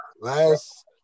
Last